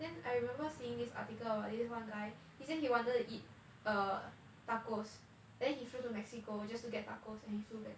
then I remember seeing this article about this one guy he say he wanted to eat err tacos then he flew to mexico just to get tacos and he flew back